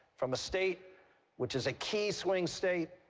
from a state which is a key swing state,